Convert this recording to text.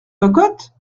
cocottes